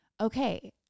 okay